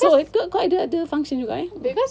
quite quite ada function juga eh